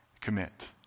commit